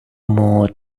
more